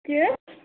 کیٛاہ حظ